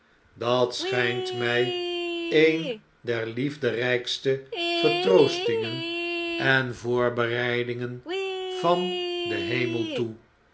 dat schijnt mjj een der liefderijkste vertroostingen en v'oorbereidingen van den hemel toe